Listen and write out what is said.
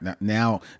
Now